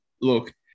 Look